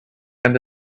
and